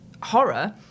horror